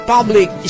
Public